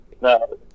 No